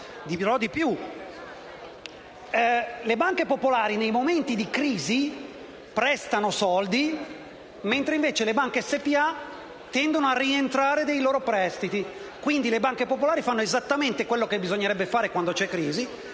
Inoltre, le banche popolari nei momenti di crisi prestano soldi, mentre le banche SpA tendono a rientrare dei loro prestiti. Quindi, le banche popolari fanno esattamente quello che bisognerebbe fare quando c'è crisi,